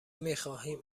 میخواهیم